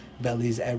bellies